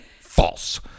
false